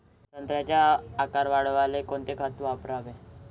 संत्र्याचा आकार वाढवाले कोणतं खत वापराव?